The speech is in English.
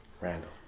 Randall